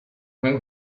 when